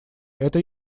это